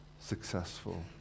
successful